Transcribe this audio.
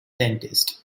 dentist